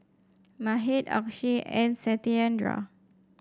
Mahade Akshay and Satyendra